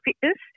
fitness